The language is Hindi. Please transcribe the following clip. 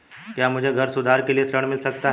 क्या मुझे घर सुधार के लिए ऋण मिल सकता है?